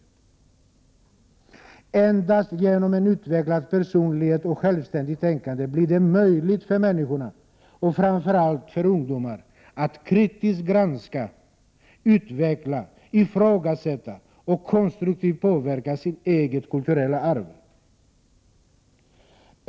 Endast genom en utvecklad personlighet och ett självständigt tänkande blir det möjligt för människorna och framför allt för ungdomar att kritiskt granska, utveckla, ifrågasätta och konstruktivt påverka sitt eget kulturella arv.